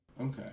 Okay